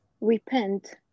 repent